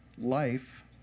life